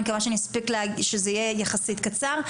אני מקווה שזה יהיה יחסית קצר,